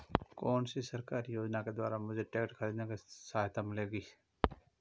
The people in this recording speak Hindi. कौनसी सरकारी योजना के द्वारा मुझे ट्रैक्टर खरीदने में सहायता मिलेगी?